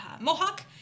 Mohawk